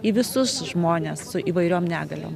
į visus žmones su įvairiom negaliom